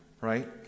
Right